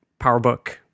PowerBook